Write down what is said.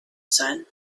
sun